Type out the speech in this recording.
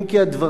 אם כי הדברים,